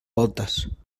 voltes